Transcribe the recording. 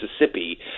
Mississippi